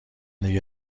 دیگه